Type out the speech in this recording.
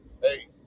Hey